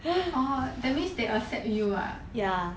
orh that means they accept you ah